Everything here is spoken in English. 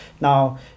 Now